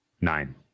Nine